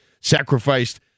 sacrificed